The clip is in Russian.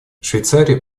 швейцария